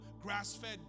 grass-fed